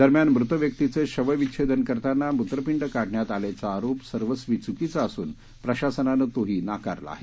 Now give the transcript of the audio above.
दरम्यान मृत व्यक्तिचे शवविच्छेदन करताना मृत्रपिंड काढण्यात आल्याच्या आरोप सर्वस्वी चुकीचा असून प्रशासनानं तोही नाकारला आहे